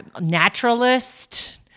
naturalist